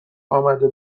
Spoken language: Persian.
امده